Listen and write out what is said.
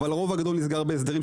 אבל הרוב הגדול נסגר בהסדרים.